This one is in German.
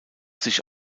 sich